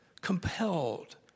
compelled